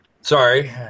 Sorry